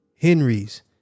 Henry's